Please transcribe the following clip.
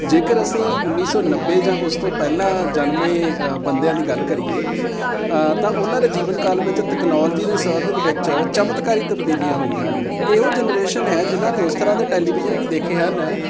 ਜੇਕਰ ਅਸੀਂ ਉੱਨੀ ਸੌ ਨੱਬੇ ਜਾਂ ਉਸ ਤੋਂ ਪਹਿਲਾਂ ਜਨਮੇ ਬੰਦਿਆਂ ਦੀ ਗੱਲ ਕਰੀਏ ਤਾਂ ਉਹਨਾਂ ਦੇ ਜੀਵਨ ਕਾਲ ਵਿੱਚ ਤੈਕਨੋਲਜੀ ਦੇ ਸਬੰਧਿਤ ਵਿੱਚ ਚਮਤਕਾਰੀ ਤਬਦੀਲੀਆਂ ਹੋਈਆਂ ਹਨ ਇਹ ਉਹ ਜਨਰੇਸ਼ਨ ਹੈ ਜਿਨ੍ਹਾਂ ਨੇ ਉਸ ਤਰ੍ਹਾਂ ਦੇ ਟੈਲੀਵਿਜ਼ਨ ਵੀ ਦੇਖੇ ਹਨ